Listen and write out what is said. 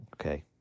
Okay